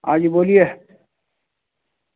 ہاں جی بولیے